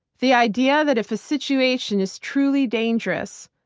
the idea that if a situation is truly dangerous,